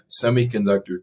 semiconductor